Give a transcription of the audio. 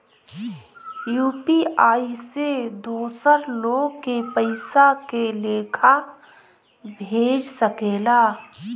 UPI से दोसर लोग के पइसा के लेखा भेज सकेला?